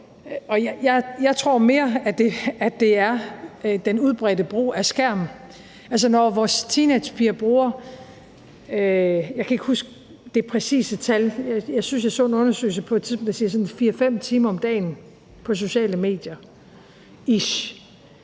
Jeg tror mere, at det er den udbredte brug af skærm. Altså, når vores teenagepiger bruger, jeg kan ikke huske det præcise tal, men jeg synes, at jeg så en undersøgelse på et tidspunkt, der siger ca. 4-5 timer om dagen på sociale medier, så